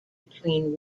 between